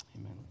Amen